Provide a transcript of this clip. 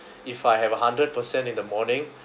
if I have a hundred percent in the morning